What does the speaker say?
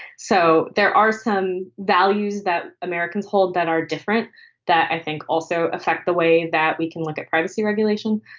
so there are some values that americans hold that are different that i think also affect the way that we can look at privacy regulation.